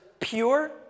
Pure